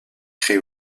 créé